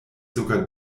sogar